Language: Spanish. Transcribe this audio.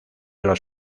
los